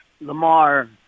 Lamar